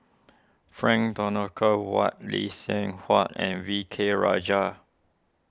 Frank Dorrington Ward Lee Seng Huat and V K Rajah